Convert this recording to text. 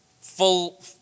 Full